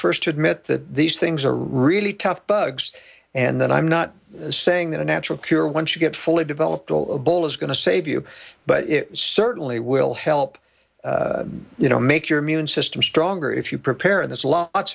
first to admit that these things are really tough bugs and then i'm not saying that a natural cure once you get fully developed all of bull is going to save you but it certainly will help you know make your immune system stronger if you prepare and there's a lot